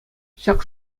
ҫак